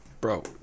Bro